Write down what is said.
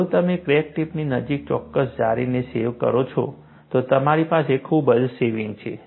જો તમે ક્રેક ટિપની નજીક ચોક્કસ જાળીને સેવ કરો છો તો તમારી પાસે ખુબજ સેવિંગ છે